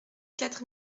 quatre